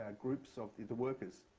ah groups of the the workers,